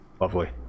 Lovely